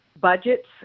budgets